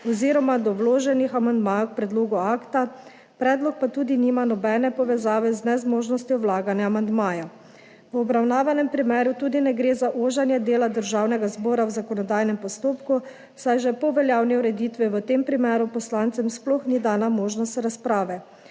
oziroma do vloženih amandmajev k predlogu akta, predlog pa tudi nima nobene povezave z nezmožnostjo vlaganja amandmajev. V obravnavanem primeru tudi ne gre za oženje dela Državnega zbora v zakonodajnem postopku, saj že po veljavni ureditvi v tem primeru poslancem sploh ni dana možnost razprave.